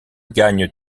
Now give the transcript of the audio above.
gagne